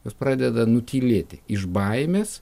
juos pradeda nutylėti iš baimės